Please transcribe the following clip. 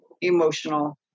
emotional